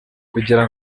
kugira